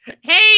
Hey